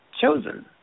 chosen